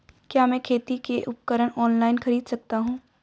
क्या मैं खेती के उपकरण ऑनलाइन खरीद सकता हूँ?